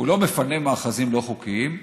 הוא לא מפנה מאחזים לא חוקיים,